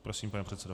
Prosím, pane předsedo.